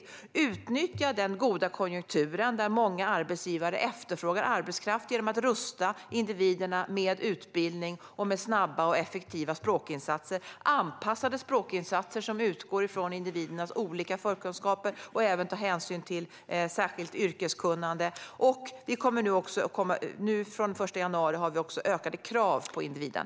Det är också viktigt att utnyttja den goda konjunkturen, där många arbetsgivare efterfrågar arbetskraft, genom att rusta individerna med utbildning och genom snabba och effektiva språkinsatser, som är anpassade och utgår från individernas olika förkunskaper och även tar hänsyn till särskilt yrkeskunnande. Från den 1 januari ställer vi också ökade krav på individen.